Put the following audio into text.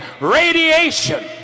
radiation